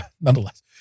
Nonetheless